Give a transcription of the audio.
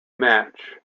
match